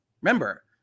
Remember